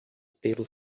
pelo